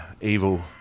evil